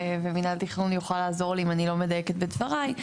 ומינהל תכנון יוכל לעזור לי אם אני לא מדייקת בדבריי.